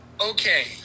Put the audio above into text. Okay